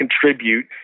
contribute